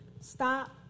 Stop